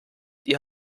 die